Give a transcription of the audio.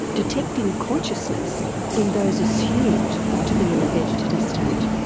detecting consciousness in those assumed to be in a vegetative state.